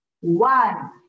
One